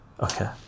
okay